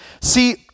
See